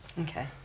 Okay